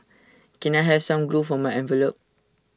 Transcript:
can I have some glue for my envelopes